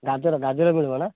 ଗାଜର ଗାଜର ମିଳିବ ନା